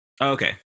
Okay